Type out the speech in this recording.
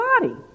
body